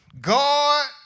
God